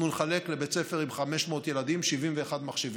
אנחנו נחלק לבית ספר עם 500 ילדים 71 מחשבים.